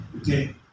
Okay